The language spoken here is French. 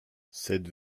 cette